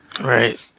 Right